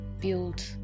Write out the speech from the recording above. build